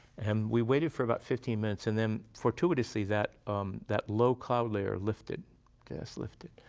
and we waited for about fifteen minutes, and then fortuitously, that um that low cloud layer lifted just lifted.